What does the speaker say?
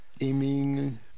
Aiming